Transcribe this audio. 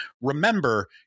Remember